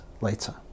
later